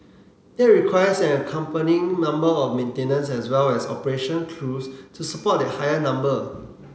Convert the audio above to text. that requires an accompanying number of maintenance as well as operation crews to support that higher number